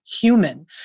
human